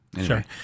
sure